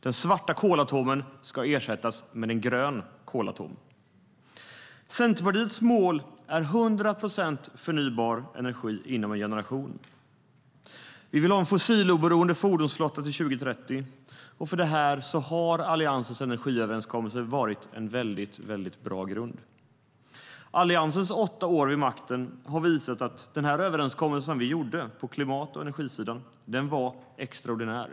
Den svarta kolatomen ska ersättas med en grön kolatom. Centerpartiets mål är 100 procent förnybar energi inom en generation. Vi vill ha en fossiloberoende fordonsflotta till 2030. För det har Alliansens energiöverenskommelse varit en väldigt bra grund. Alliansens åtta år vid makten har visat att den överenskommelse vi gjorde på klimat och energisidan var extraordinär.